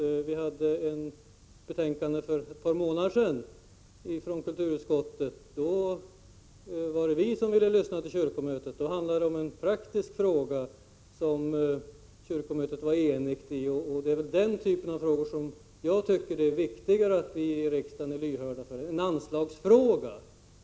Vi behandlade för ett par månader sedan ett betänkande från kulturutskottet, där det var vi som ville lyssna till kyrkomötet — då handlade det om en praktisk fråga i vilken kyrkomötet var enigt. Jag tycker att det är viktigare att vi i riksdagen är lyhörda för den typen av frågor än att vi är det för en anslagsfråga.